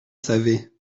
savez